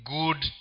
good